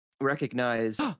recognize